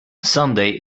sunday